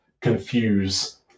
confuse